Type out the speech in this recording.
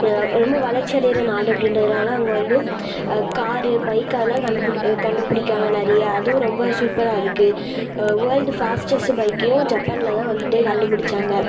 ரொம்ப வளர்ச்சி அடைகிற நாடு அப்படின்றதுனால் அங்கே வந்து காரு பைக்கு அதெல்லாம் கண்டுபிடி கண்டுபிடிக்கிறாங்க நிறையா அதுவும் ரொம்ப சூப்பர்ராயிருக்கு வோர்ல்டு ஃபாஸ்டெஸ்ட் பைக்கையும் ஜப்பானில்தான் வந்துட்டு கண்டுபிடிச்சாங்க